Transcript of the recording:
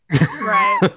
Right